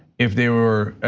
if they were,